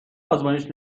آزمایش